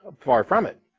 far from it.